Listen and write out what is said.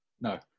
No